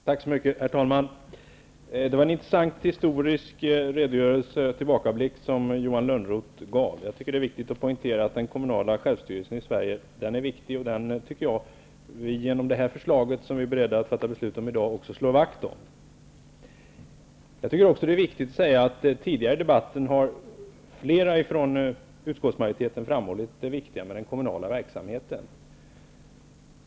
Herr talman! Det var en intressant historisk redogörelse och tillbakablick, Johan Lönnroth! Jag tycker att det är viktigt att poängtera att den kommunala självstyrelsen i Sverige är viktig. Genom att förverkliga det förslag som vi är beredda att fatta beslut om i dag tycker jag att vi också slår vakt om den kommunala självstyrelsen. Jag tycker också att det är viktigt att säga att flera från utskottsmajoriteten tidigare i debatten har framhållit hur viktig den kommunala verksamheten är.